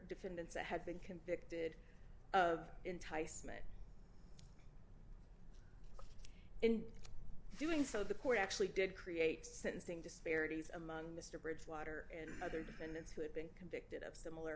defendants that had been convicted of enticement in doing so the court actually did create sentencing disparities among mr bridgewater and other defendants who had been committed of similar